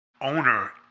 owner